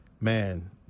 Man